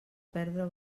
perdre